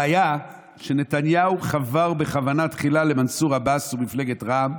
אלא שהוא חבר בכוונה תחילה למנסור עבאס ומפלגת רע"מ,